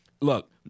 look